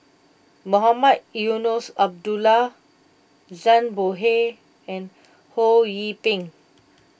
Mohamed Eunos Abdullah Zhang Bohe and Ho Yee Ping